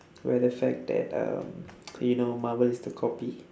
where the fact that um you know marvel is the copy